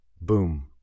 Boom